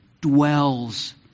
dwells